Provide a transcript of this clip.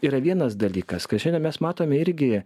yra vienas dalykas ką šiandien mes matome irgi